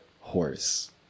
horse